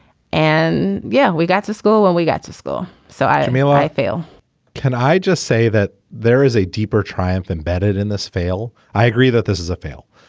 and yeah we got to school when we got to school so i and mean like i feel can i just say that there is a deeper triumph embedded in this fail. i agree that this is a fail.